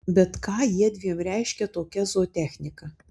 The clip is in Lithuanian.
bet ką jiedviem reiškia tokia zootechnika